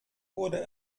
wurde